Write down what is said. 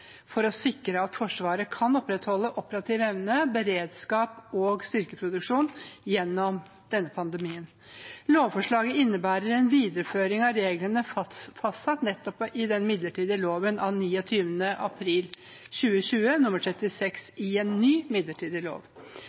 for en lov for å sikre at Forsvaret kan opprettholde operativ evne, beredskap og styrkeproduksjon gjennom denne pandemien. Lovforslaget innebærer en videreføring av reglene fastsatt i midlertidig lov 29. april 2020 nr. 36 i en ny midlertidig lov.